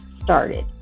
started